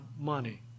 money